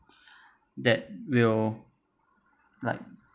that will like